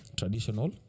traditional